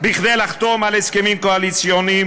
כדי לחתום על הסכמים קואליציוניים,